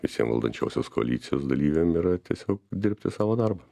visiem valdančiosios koalicijos dalyviam yra tiesiog dirbti savo darbą